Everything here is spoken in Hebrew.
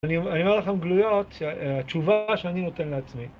אני אומר לכם גלויות, התשובה שאני נותן לעצמי.